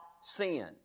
sin